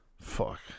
Fuck